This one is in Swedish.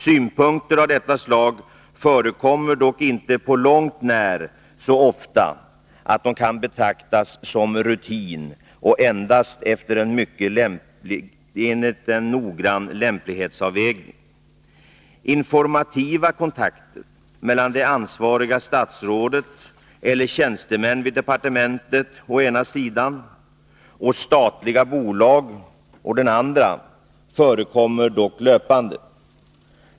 Synpunkter av detta slag förekommer dock inte på långt när så ofta att de kan betraktas som rutin och endast efter en mycket noggrann lämplighetsavvägning. Informativa kontakter mellan det ansvariga statsrådet eller tjänstemän vid departementet å den ena sidan och statliga bolag å den andra förekommer dock löpande.